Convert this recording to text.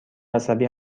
عصبی